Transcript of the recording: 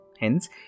Hence